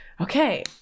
okay